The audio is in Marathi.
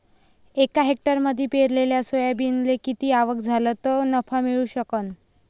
एका हेक्टरमंदी पेरलेल्या सोयाबीनले किती आवक झाली तं नफा मिळू शकन?